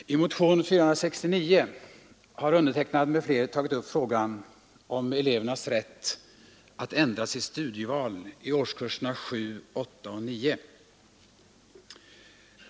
Herr talman! I motionen 469 har jag och mina medmotionärer tagit upp frågan om elevernas rätt att ändra sitt studieval i årskurserna 7, 8 och 9.